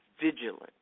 vigilant